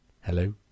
hello